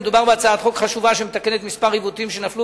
מדובר בהצעת חוק חשובה שמתקנת כמה עיוותים שנפלו